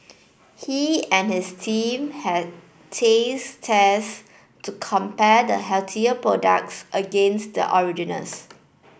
he and his team had taste test to compare the healthier products against the originals